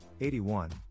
81